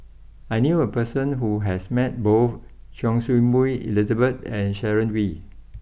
I knew a person who has met both Choy Su Moi Elizabeth and Sharon Wee